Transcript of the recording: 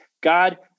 God